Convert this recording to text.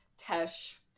Tesh